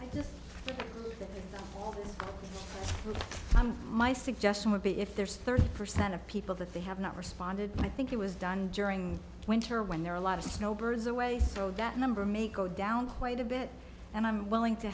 yes my suggestion would be if there's thirty percent of people that they have not responded i think it was done during winter when there are a lot of snow birds away that number me go down quite a bit and i'm willing to